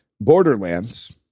Borderlands